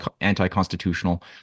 anti-constitutional